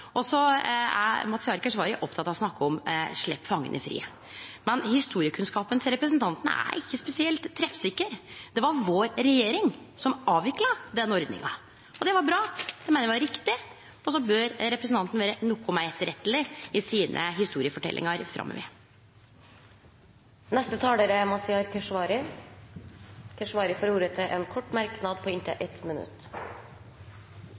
avvikla. Så er Mazyar Keshvari oppteken av å snakke om «slepp fangane fri». Men historiekunnskapen til representanten er ikkje spesielt treffsikker. Det var vår regjering som avvikla den ordninga. Det var bra, det meiner eg var riktig, og så bør representanten vere noko meir etterretteleg i historieforteljingane sine framover. Representanten Mazyar Keshvari har hatt ordet to ganger tidligere og får ordet til en kort merknad,